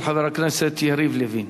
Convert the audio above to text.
של חבר הכנסת יריב לוין.